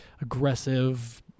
aggressive